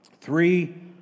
Three